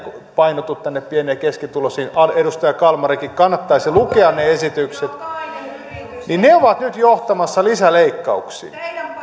painotu tänne pieni ja keskituloisiin edustaja kalmarinkin kannattaisi lukea ne esitykset ovat nyt johtamassa lisäleikkauksiin